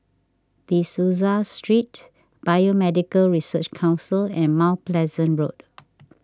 De Souza Street Biomedical Research Council and Mount Pleasant Road